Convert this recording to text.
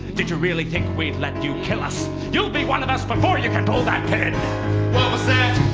did you really think we'd let you kill us? you'll be one of us before you can pull that pin what was that?